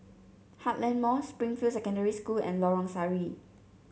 Heartland Mall Springfield Secondary School and Lorong Sari